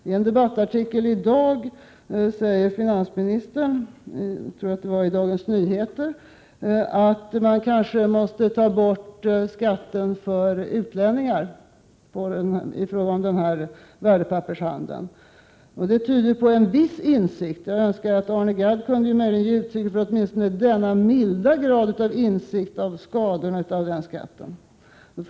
I en debattartikel i Dagens Nyheter i dag säger finansministern att man kanske för utlänningar måste ta bort skatten i fråga om värdepappershandel. Det tyder på en viss insikt. Jag önskar att Arne Gadd kunde ge uttryck för åtminstone denna milda grad av insikt om skadorna av skatten.